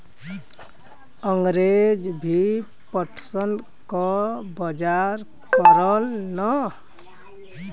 अंगरेज भी पटसन क बजार करलन